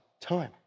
time